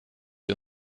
ihr